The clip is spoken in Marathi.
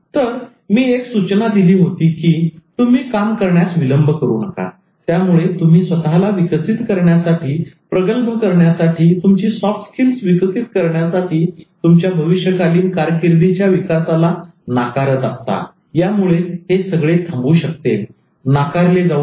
तर मी एक सूचना दिली होती की तुम्ही काम करण्यास विलंब करू नका त्यामुळे तुम्ही स्वतःला विकसित करण्यासाठी प्रगल्भ करण्यासाठी तुमची सॉफ्ट स्किल्स विकसित करण्यासाठी तुमच्या भविष्यकालीन कारकिर्दीच्या विकासाला नाकारत असता यामुळे हे सगळे थांबू शकते नाकारले जाऊ शकते